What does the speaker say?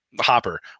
Hopper